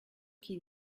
que